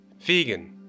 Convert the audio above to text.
Vegan